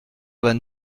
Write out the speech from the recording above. vingt